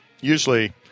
usually